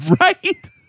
Right